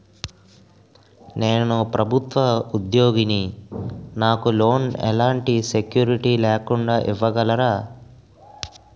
నేను ప్రభుత్వ ఉద్యోగిని, నాకు లోన్ ఎలాంటి సెక్యూరిటీ లేకుండా ఇవ్వగలరా?